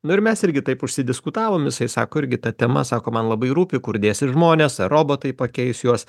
nu ir mes irgi taip užsidiskutavom jisai sako irgi ta tema sako man labai rūpi kur dėsis žmonės ar robotai pakeis juos